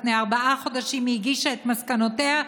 לפני ארבעה חודשים היא הגישה את מסקנותיה.